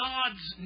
God's